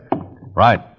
Right